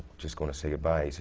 just going to say goodbye.